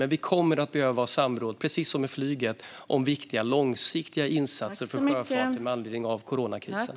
Men vi kommer att behöva ha samråd, precis som med flyget, om viktiga långsiktiga insatser för sjöfarten med anledning av coronakrisen.